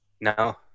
No